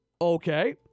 okay